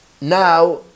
now